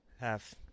Half